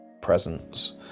presence